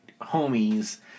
homies